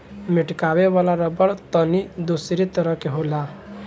मेटकावे वाला रबड़ तनी दोसरे तरह के रहेला